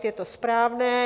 Je to správné.